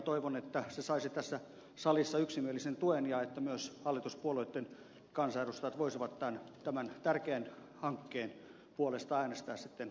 toivon että se saisi tässä salissa yksimielisen tuen ja että myös hallituspuolueitten kansanedustajat voisivat tämän tärkeän hankkeen puolesta äänestää sitten talousarviokäsittelyssä